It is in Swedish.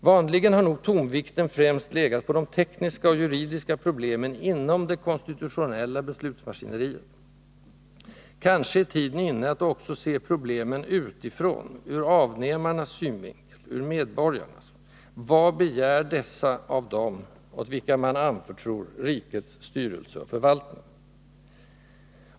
Vanligen har nog tonvikten främst legat på de tekniska och juridiska problemen inom det konstitutionella beslutsmaskineriet. Kanske är tiden inne att också se problemen utifrån, ur avnämarnas synvinkel, ur medborgarnas: vad begär dessa av dem, åt vilka man anförtror rikets styrelse och förvaltning?